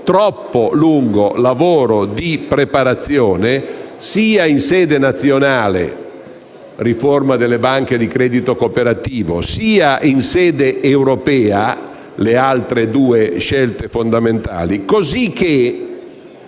troppo lungo) di preparazione sia in sede nazionale (riforma delle banche di credito cooperativo) sia in sede europea (le altre due scelte fondamentali). Cosicché,